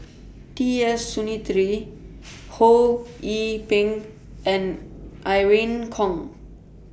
T S Sinnathuray Ho Yee Ping and Irene Khong